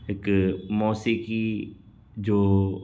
हिक मौसिकी जो